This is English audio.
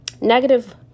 negative